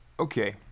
Okay